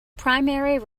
primary